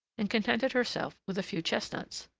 and contented herself with a few chestnuts.